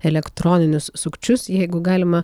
elektroninius sukčius jeigu galima